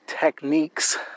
techniques